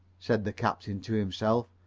said the captain to himself.